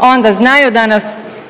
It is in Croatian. onda znaju da nas